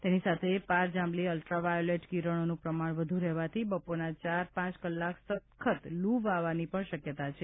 તેની સાથે પાર જાંબલી અલ્ટ્રાવાયોલેટ કિરણોનું પ્રમાણ વધુ રહેવાથી બપોરના ચાર પાંચ કલાક સખત લૂ વાવાની પણ શક્યતા છે